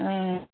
आं